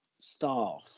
staff